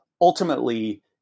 ultimately